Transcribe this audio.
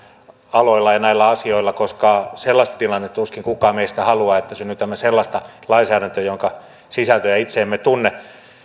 aloilla ja näillä asioilla koska sellaista tilannetta tuskin kukaan meistä haluaa että synnytämme sellaista lainsäädäntöä jonka sisältöä itse emme tunne